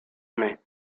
main